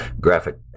graphic